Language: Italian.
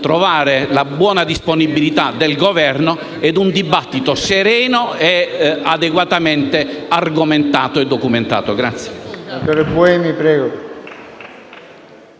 trovare la buona disponibilità del Governo e un dibattito sereno e adeguatamente argomentato e documentato.